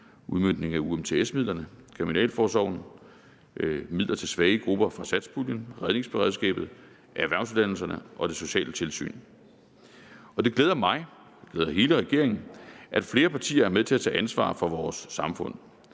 udmøntningen af UMTS-midlerne, Kriminalforsorgen, midler til svage grupper fra satspuljen, redningsberedskabet, erhvervsuddannelserne og det sociale tilsyn. Det glæder mig, det glæder hele regeringen, at flere partier er med til at tage ansvar for vores samfund.